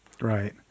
Right